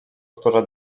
które